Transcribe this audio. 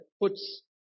puts